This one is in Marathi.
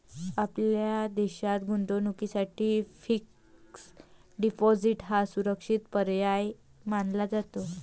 आपल्या देशात गुंतवणुकीसाठी फिक्स्ड डिपॉजिट हा सुरक्षित पर्याय मानला जातो